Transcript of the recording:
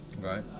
right